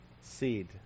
seed